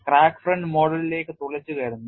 crack front മോഡലിലേക്ക് തുളച്ചുകയറുന്നു